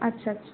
আচ্ছা আচ্ছা